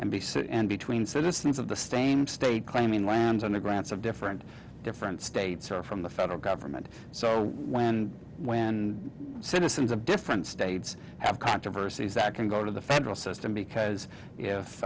decent and between citizens of the same state claiming lands on the grants of different different states or from the federal government so when when citizens of different states have controversies that can go to the federal system because if